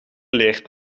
leert